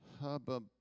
Hubba